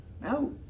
No